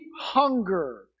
hunger